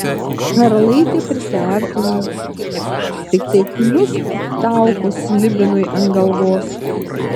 karalaitė prisiartino tiktai kliust taukus slibinui ant galvos